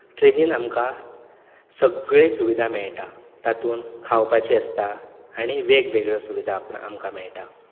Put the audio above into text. ट्रेनीन आमकां सगळे सुविधा मेळटा तातूंत खावपाचें आसता आनी वेगवेगळे सुविधा आमकां मेळटा